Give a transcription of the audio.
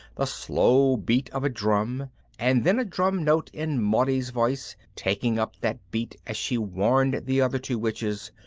the slow beat of a drum and then a drum note in maudie's voice taking up that beat as she warned the other two witches,